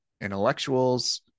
intellectuals